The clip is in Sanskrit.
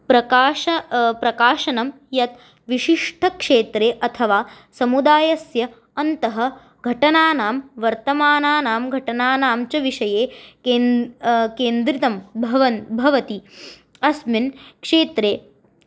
प्रकाशः प्रकाशनं यत् विशिष्टक्षेत्रे अथवा समुदायस्य अन्तः घटनानां वर्तमानानां घटनानां च विषये केन् केन्द्रितं भवन् भवति अस्मिन् क्षेत्रे